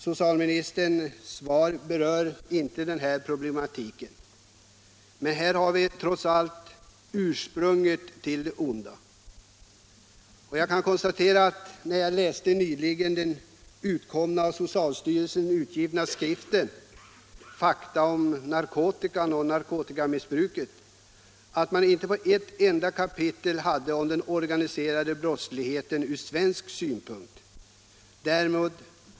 Socialministerns svar berör inte problematiken, men här har vi trots allt ursprunget till det onda. Jag kunde konstatera när jag läste den nyligen av socialstyrelsen utgivna skriften Fakta om narkotikan och narkotikamissbruket, att man inte hade ett enda kapitel om den organiserade brottsligheten i Sverige.